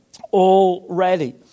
already